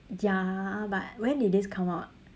ya but when did this come out